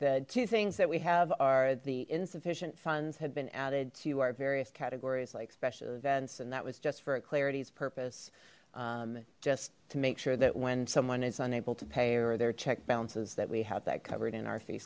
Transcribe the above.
the two things that we have are the insufficient funds had been added to our various categories like special events and that was just for clarity's purpose just to make sure that when someone is unable to pay or their check bounces that we have that covered in our f